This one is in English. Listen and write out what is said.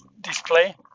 display